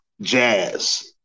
jazz